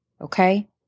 Okay